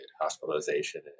hospitalization